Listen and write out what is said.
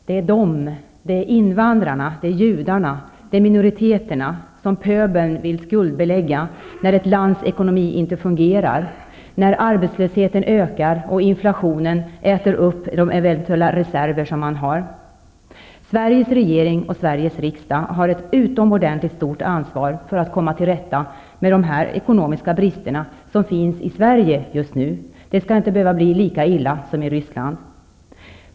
Det är de -- invandrarna, judarna, minoriteterna -- som pöbeln vill skuldbelägga när ett lands ekonomi inte fungerar, när arbetslösheten ökar och när inflationen äter upp de eventuella reserverna. Sveriges regering och riksdag har ett utomordentligt stort ansvar för att komma till rätta med de ekonomiska brister som finns i Sverige just nu. De skall inte behöva bli lika som i Ryssland.